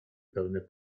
pełne